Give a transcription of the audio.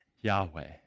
Yahweh